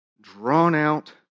drawn-out